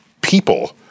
people